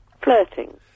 flirting